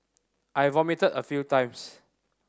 I vomited a few times